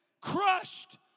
crushed